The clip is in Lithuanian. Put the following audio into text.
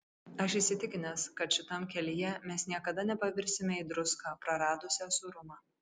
aš įsitikinęs kad šitam kelyje mes niekada nepavirsime į druską praradusią sūrumą